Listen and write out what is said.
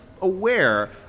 aware